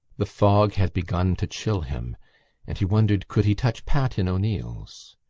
the fog had begun to chill him and he wondered could he touch pat in o'neill's.